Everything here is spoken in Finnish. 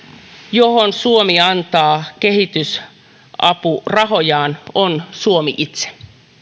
johon suomi antaa kehitysapurahojaan on suomi itse